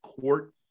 court